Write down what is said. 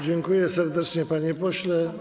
Dziękuję serdecznie, panie pośle.